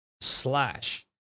Slash